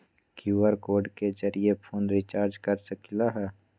QR code के जरिय phone recharge कर सकली ह?